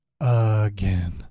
again